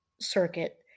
circuit